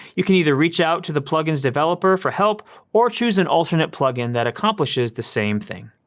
you can either reach out to the plugins developer for help or choose an alternate plugin that accomplishes the same thing.